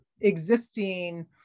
existing